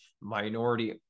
minority